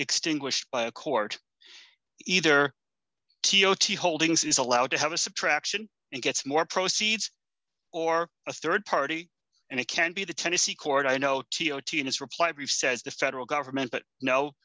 extinguished by a court either t o t holdings is allowed to have a subtraction and gets more proceeds or a rd party and it can be the tennessee court i know t o t n this reply brief says the federal government